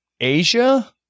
asia